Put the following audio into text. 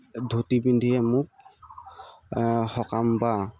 ধুতি পিন্ধিয়ে মোক সকাম বা